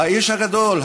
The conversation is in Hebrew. האיש הגדול,